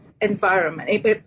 environment